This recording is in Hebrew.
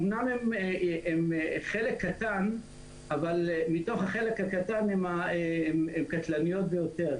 אמנם הן חלק קטן אבל מתוך החלק הקטן הן קטלניות ביותר.